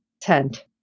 tent